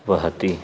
वहति